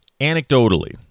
anecdotally